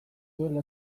duela